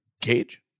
cage